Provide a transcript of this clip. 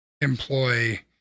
employ